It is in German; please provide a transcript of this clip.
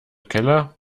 keller